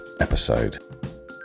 episode